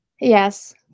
Yes